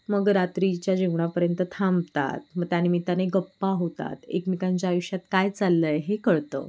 मग रात्रीच्या जेवणापर्यंत थांबतात मग त्यानिमित्ताने गप्पा होतात एकमेकांच्या आयुष्यात काय चाललं आहे हे कळतं